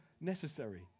necessary